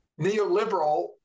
neoliberal